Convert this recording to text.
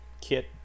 kit